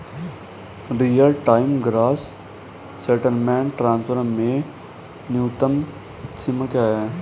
Real time gross settlement transfer में न्यूनतम सीमा क्या है?